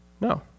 No